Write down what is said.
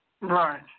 Right